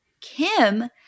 Kim